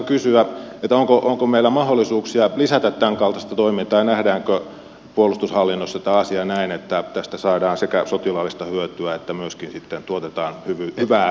haluaisinkin oikeastaan kysyä onko meillä mahdollisuuksia lisätä tämänkaltaista toimintaa ja nähdäänkö puolustushallinnossa tämä asia näin että tästä saadaan sekä sotilaallista hyötyä että myöskin tuotetaan hyvää muille maille